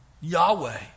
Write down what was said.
Yahweh